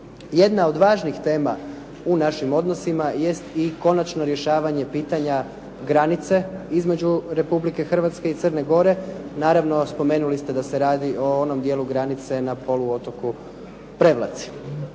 Jedna od važnih tema u našim odnosima jest i konačno rješavanje pitanja granice između Republike Hrvatske i Crne Gore. Naravno, spomenuli ste da se radi o onom dijelu granice na poluotoku Prevlaci.